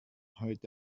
heute